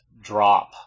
drop